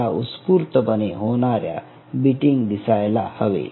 तुम्हाला उस्फूर्तपणे होणाऱ्या बीटिंग दिसायला हवे